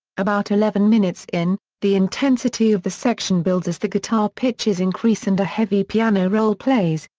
about eleven minutes in, the intensity of the section builds as the guitar pitches increase and a heavy piano roll plays,